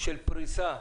של פריסה,